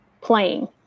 playing